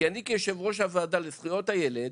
כי אני כיושב-ראש הוועדה לזכויות הילד,